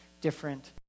different